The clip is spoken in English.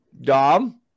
Dom